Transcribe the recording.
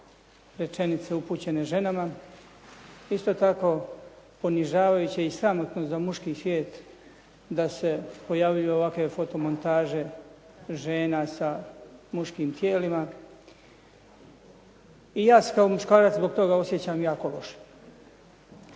rečenice upućene ženama. Isto tako, ponižavajuće i sramotno za muški svijet da se pojavljuju ovakve fotomontaže žena sa muškim tijelima i ja se kao muškarac zbog toga osjećam jako loše.